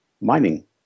mining